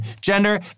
gender